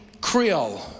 Creole